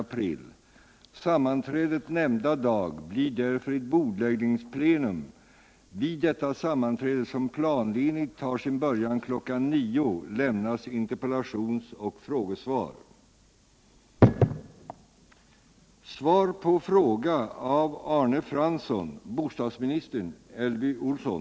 Vill statsrådet redogöra för de bestämmelser som gäller och som byggnadsnämnderna har att tillämpa vid deras ställningstagande till ett godtagbart värmeeffektbehov?